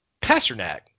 Pasternak